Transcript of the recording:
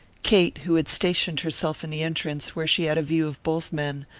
kate, who had stationed herself in the entrance where she had a view of both men,